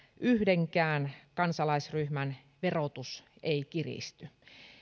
yhdenkään kansalaisryhmän verotus ei kiristy